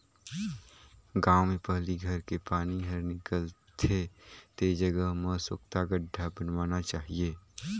गांव में पहली घर के पानी हर निकल थे ते जगह में सोख्ता गड्ढ़ा बनवाना चाहिए